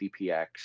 DPX